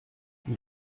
you